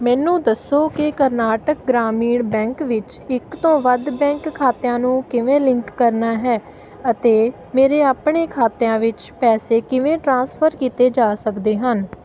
ਮੈਨੂੰ ਦੱਸੋ ਕਿ ਕਰਨਾਟਕ ਗ੍ਰਾਮੀਣ ਬੈਂਕ ਵਿੱਚ ਇੱਕ ਤੋਂ ਵੱਧ ਬੈਂਕ ਖਾਤਿਆਂ ਨੂੰ ਕਿਵੇਂ ਲਿੰਕ ਕਰਨਾ ਹੈ ਅਤੇ ਮੇਰੇ ਆਪਣੇ ਖਾਤਿਆਂ ਵਿੱਚ ਪੈਸੇ ਕਿਵੇਂ ਟ੍ਰਾਂਸਫਰ ਕੀਤੇ ਜਾ ਸਕਦੇ ਹਨ